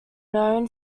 known